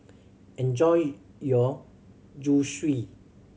enjoy your Zosui